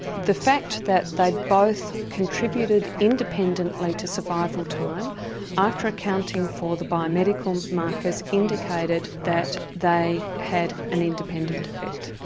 the fact that they've both contributed independently to survival time after accounting for the biomedical markers, indicated that they had an independent effect.